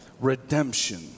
redemption